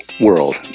world